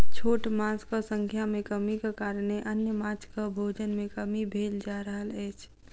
छोट माँछक संख्या मे कमीक कारणेँ अन्य माँछक भोजन मे कमी भेल जा रहल अछि